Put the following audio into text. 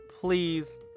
please